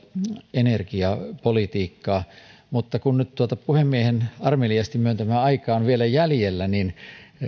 energiapolitiikkaa kun nyt tuota puhemiehen armeliaasti myöntämää aikaa on vielä jäljellä niin